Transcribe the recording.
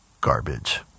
Garbage